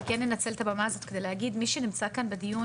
אני כן אנצל את הבמה הזאת כדי להגיד שמי שנמצא פה בדיון,